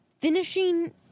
finishing